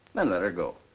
then let her go.